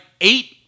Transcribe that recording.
eight